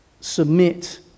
submit